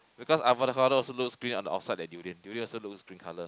because avocado also looks green on the outside like durian durian also looks green colour